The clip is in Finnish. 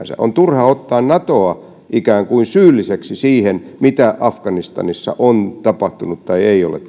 on turha ottaa natoa ikään kuin syylliseksi siihen mitä afganistanissa on tapahtunut tai ei ole